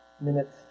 Minutes